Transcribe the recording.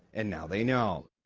and now they know.